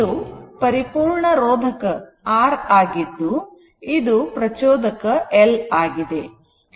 ಇದು ಪರಿಪೂರ್ಣ ರೋಧಕ R ಆಗಿದ್ದು ಇದು ಪ್ರಚೋದಕ L ಆಗಿದೆ